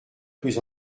plus